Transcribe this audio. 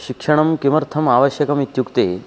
शिक्षणं किमर्थम् आवश्यकम् इत्युक्ते